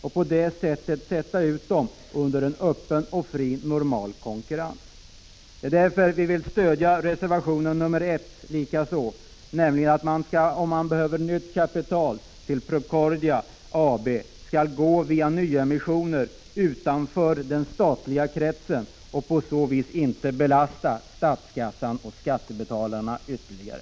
Företagen skulle därmed utsättas för en fri och normal konkurrens. Av samma skäl stöder vi reservation 1, där det sägs att om man behöver statliga kretsen och på så vis inte belasta statskassan och skattebetalarna ytterligare.